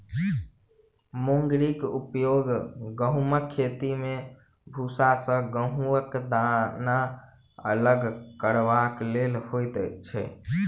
मुंगरीक उपयोग गहुमक खेती मे भूसा सॅ गहुमक दाना अलग करबाक लेल होइत छै